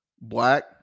black